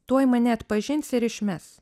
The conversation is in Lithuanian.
tuoj mane atpažins ir išmes